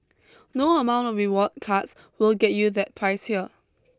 no amount of rewards cards will get you that price here